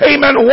Amen